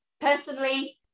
Personally